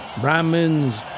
Brahmins